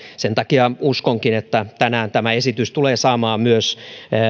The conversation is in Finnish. sen takia uskonkin että tänään tämä esitys tulee saamaan myös